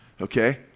okay